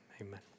amen